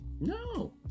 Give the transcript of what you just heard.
no